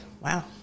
Wow